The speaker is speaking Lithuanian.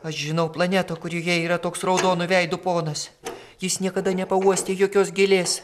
aš žinau planetą kurioje yra toks raudonu veidu ponas jis niekada nepauostė jokios gėlės